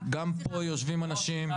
גם פה יושבים אנשים.